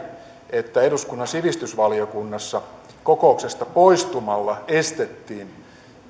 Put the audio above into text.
että eduskunnan sivistysvaliokunnassa kokouksesta poistumalla estettiin